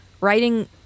writing